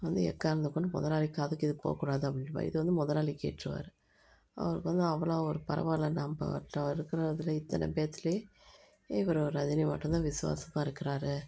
வந்து எக்காரணத்தை கொண்டும் முதலாளி காதுக்கு இது போகக்கூடாது அப்படின்பாரு இதை வந்து முதலாளி கேட்டிருவாரு அவருக்கு வந்து அவ்வளோ ஒரு பரவாயில்லை நம்ம கிட்டே இருக்கிற இதில் இத்தனை பேருத்துலே இவர் ரஜினி மட்டும் தான் விஸ்வாசமாக இருக்கிறாரு